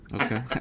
Okay